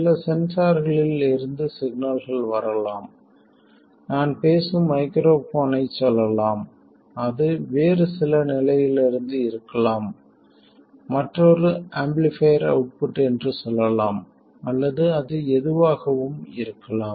சில சென்சார்களில் இருந்து சிக்னல்கள் வரலாம் நான் பேசும் மைக்ரோஃபோனைச் சொல்லலாம் அது வேறு சில நிலையிலிருந்து இருக்கலாம் மற்றொரு ஆம்பிளிஃபைர் அவுட்புட் என்று சொல்லலாம் அல்லது அது எதுவாகவும் இருக்கலாம்